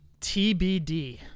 TBD